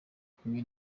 kumwe